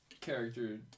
character